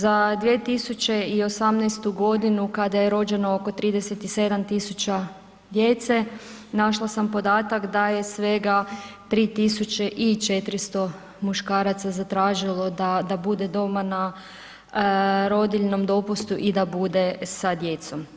Za 2018. godinu kada je rođeno oko 37.000 djece našla sam podatak da je svega 3.400 muškaraca zatražilo da bude doma na rodiljnom dopustu i da bude sa djecom.